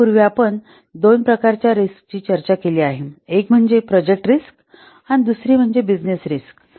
यापूर्वी आपण दोन प्रकारच्या रिस्क ची चर्चा केली आहे एक म्हणजे प्रोजेक्ट रिस्क दुसरे म्हणजे बिजनेस रिस्क